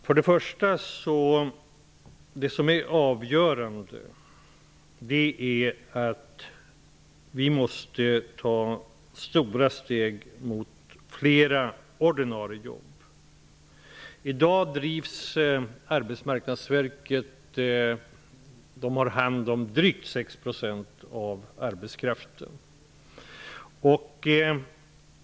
Herr talman! Det som är avgörande är att vi måste ta stora steg mot fler ordinarie jobb. I dag har Arbetsmarknadsverket hand om drygt 6 % av arbetskraften.